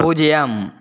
பூஜ்ஜியம்